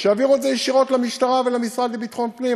שיעבירו את זה ישירות למשטרה ולמשרד לביטחון פנים.